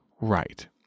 right